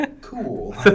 Cool